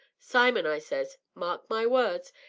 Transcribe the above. simon, i says, mark my words,